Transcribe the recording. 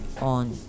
on